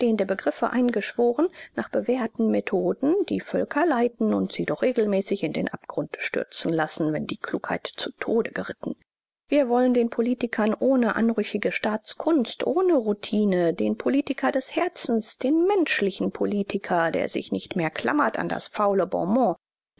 begriffe eingeschworen nach bewährten methoden die völker leiten und sie doch regelmäßig in den abgrund stürzen lassen wenn die klugheit zu tode geritten wir wollen den politiker ohne anrüchige staatskunst ohne routine den politiker des herzens den menschlichen politiker der sich nicht mehr klammert an das faule bonmot